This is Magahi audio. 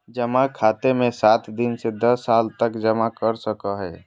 जमा खाते मे सात दिन से दस साल तक जमा कर सको हइ